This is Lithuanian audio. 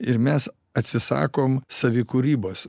ir mes atsisakom savikūrybos